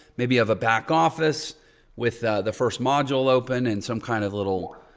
maybe have a back office with the first module open and some kind of little,